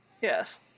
Yes